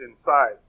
inside